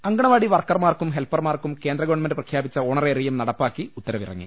അങ്കണവാടി വർക്കർമാർക്കും ഹെൽപ്പർമാർക്കും കേന്ദ്രഗ വൺമെന്റ് പ്രഖ്യാപിച്ച ഓണറേറിയം നടപ്പാക്കി ഉത്തരവിറങ്ങി